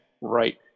right